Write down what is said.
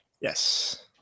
Yes